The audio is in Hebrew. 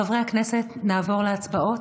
חברי הכנסת, נעבור להצבעות.